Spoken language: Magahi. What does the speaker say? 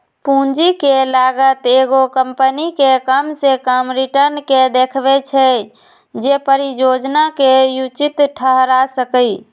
पूंजी के लागत एगो कंपनी के कम से कम रिटर्न के देखबै छै जे परिजोजना के उचित ठहरा सकइ